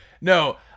No